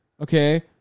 Okay